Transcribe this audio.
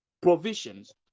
provisions